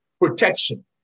protection